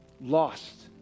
lost